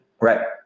Right